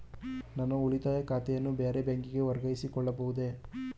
ನನ್ನ ಉಳಿತಾಯ ಖಾತೆಯನ್ನು ಬೇರೆ ಬ್ಯಾಂಕಿಗೆ ವರ್ಗಾಯಿಸಿಕೊಳ್ಳಬಹುದೇ?